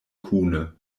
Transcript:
kune